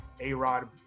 A-Rod